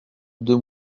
deux